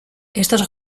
estos